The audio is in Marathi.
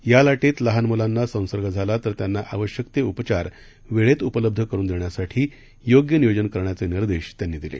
या लाटेत लहान मुलांना संसर्ग झाल्यास त्यांना आवश्यक ते उपचार वेळेत उपलब्ध करुन देण्यासाठी योग्य नियोजन करण्याचे निर्देश त्यांनी दिले